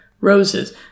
roses